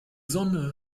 sonne